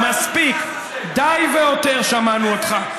מספיק, די והותר שמענו אותך.